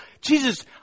Jesus